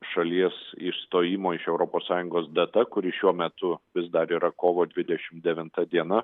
šalies išstojimo iš europos sąjungos data kuri šiuo metu vis dar yra kovo dvidešim devinta diena